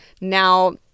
Now